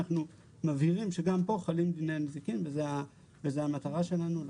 אנחנו מבהירים שגם כאן חלים דיני הנזיקין וזאת המטרה שלנו.